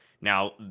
Now